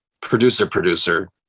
producer-producer